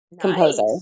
composer